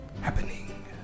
happening